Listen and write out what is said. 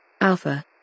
Alpha